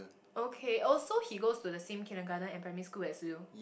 okay oh so he goes to the same kindergarten and primary school as you